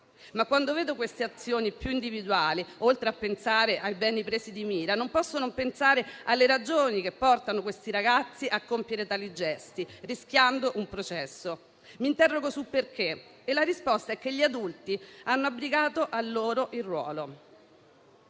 ma quando vedo queste azioni più individuali, oltre a pensare ai beni presi di mira, non posso non pensare alle ragioni che portano questi ragazzi a compiere tali gesti, rischiando un processo. Mi interrogo sul perché e la risposta è che gli adulti hanno abdicato al proprio ruolo,